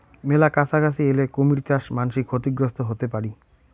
মেলা কাছাকাছি এলে কুমীর চাস মান্সী ক্ষতিগ্রস্ত হতে পারি